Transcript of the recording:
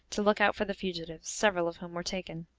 to look out for the fugitives, several of whom were taken.